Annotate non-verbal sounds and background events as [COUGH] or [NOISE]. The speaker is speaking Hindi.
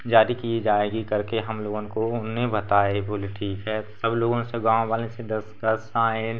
जारी की जाएगी करके हमलोगों को उन्होंने बताए बोले ठीक है सब लोगों से गाँव वाले से डिस्कस [UNINTELLIGIBLE]